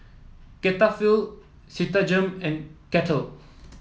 Cetaphil Citigem and Kettle